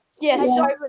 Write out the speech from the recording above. Yes